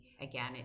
Again